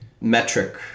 metric